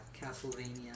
Castlevania